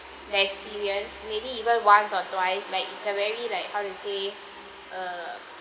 experience maybe even once or twice like it's a very like how to say err